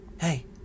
Hey